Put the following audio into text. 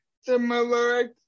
similar